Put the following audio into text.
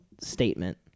statement